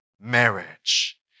marriage